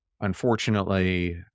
unfortunately